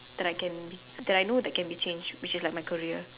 that I can that I know that can be change which is like my career